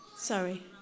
Sorry